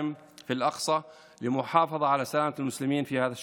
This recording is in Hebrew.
באל-אקצא כדי לשמור על שלום המוסלמים בחודש הזה.